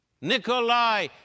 Nikolai